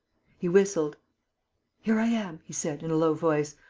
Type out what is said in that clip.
he whistled here i am, he said, in a low voice.